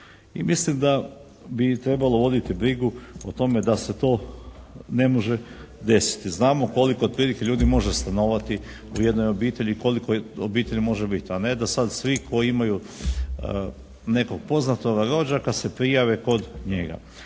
I mislim da bi trebalo voditi brigu o tome da se to ne može desiti. Znamo koliko otprilike ljudi može stanovati u jednoj obitelji, kolika obitelj može biti. A ne da sad svi koji imaju nekog poznatoga, rođaka, da se prijave kod njega.